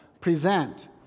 present